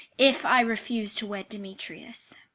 if i refuse to wed demetrius.